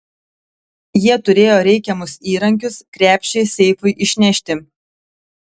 jie turėjo reikiamus įrankius krepšį seifui išnešti